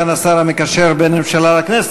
סגן השר המקשר בין הממשלה לכנסת.